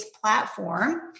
platform